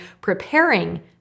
preparing